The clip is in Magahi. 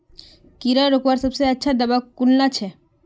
कीड़ा रोकवार सबसे अच्छा दाबा कुनला छे?